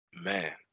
Man